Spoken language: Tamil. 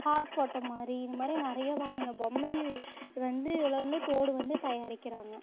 ஹார்ட் போட்ட மாதிரி இது மாதிரி நிறைய வகையான பொம்மை வந்து இதில் வந்து தோடு வந்து தயாரிக்கிறாங்க